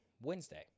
Wednesday